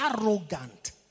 arrogant